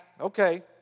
Okay